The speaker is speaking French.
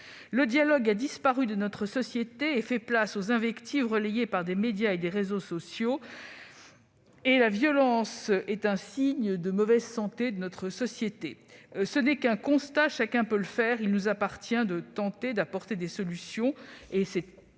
Le dialogue a disparu de nos sociétés et fait place aux invectives relayées par les médias et les réseaux sociaux. La violence est un signe de mauvaise santé de notre société. Face à ce constat que chacun peut faire, il nous appartient de tenter d'apporter des solutions,